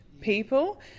people